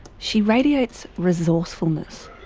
she radiates resourcefulness,